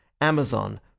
Amazon